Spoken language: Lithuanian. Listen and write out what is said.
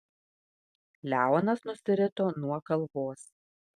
leonas nusirito nuo kalvos